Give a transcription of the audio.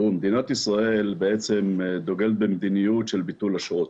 מדינת ישראל בעצם דוגלת במדיניות של ביטול אשרות.